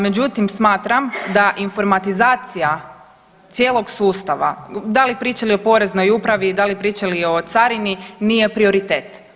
Međutim, smatram da informatizacija cijelog sustava, da li pričali o poreznoj upravi, da li pričali o carini, nije prioritet.